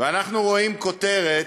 ואנחנו רואים כותרת: